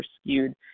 skewed